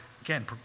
again